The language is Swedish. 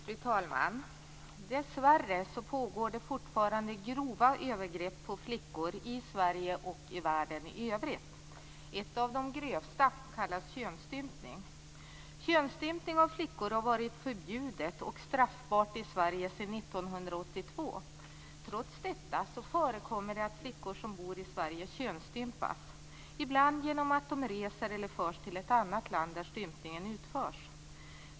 Fru talman! Dessvärre pågår det fortfarande grova övergrepp på flickor i Sverige och i världen i övrigt. Ett av de grövsta kallas könsstympning. Könsstympning av flickor har varit förbjuden och straffbar i Sverige sedan 1982. Trots detta förekommer det att flickor som bor i Sverige könsstympas, ibland genom att de reser eller förs till ett annat land där stympningen utförs.